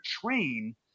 train